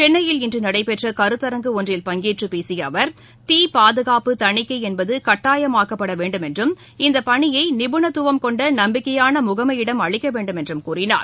சென்னையில் இன்று நடைபெற்ற கருத்தரங்கு ஒன்றில் பங்கேற்று பேசிய அவர் தீ பாதுகாப்பு தணிக்கை என்பது கட்டாயமாக்கப்பட வேண்டும் என்றும் இந்த பணியை நிபுணத்துவம் கொண்ட நம்பிக்கையான முகமையிடம் அளிக்க வேண்டும் என்றும் கூறினார்